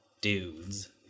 dudes